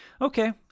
Okay